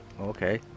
Okay